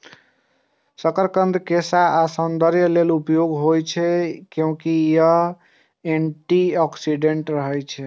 शकरकंद केश आ सौंदर्य लेल उपयोगी होइ छै, कियैकि अय मे एंटी ऑक्सीडेंट रहै छै